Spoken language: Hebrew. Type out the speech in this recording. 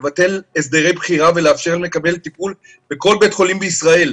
לבטל הסדרי בחירה ולאפשר לקבל טיפול בכל בית חולים בישראל,